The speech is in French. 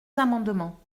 amendements